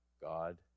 God